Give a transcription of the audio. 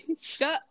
Shut